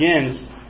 begins